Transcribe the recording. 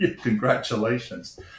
Congratulations